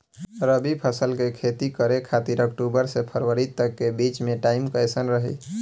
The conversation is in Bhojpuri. रबी फसल के खेती करे खातिर अक्तूबर से फरवरी तक के बीच मे टाइम कैसन रही?